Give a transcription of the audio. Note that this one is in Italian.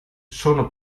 sono